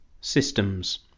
Systems